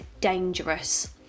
dangerous